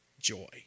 joy